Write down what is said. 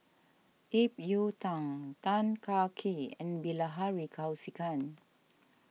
Ip Yiu Tung Tan Kah Kee and Bilahari Kausikan